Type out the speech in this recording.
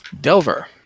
Delver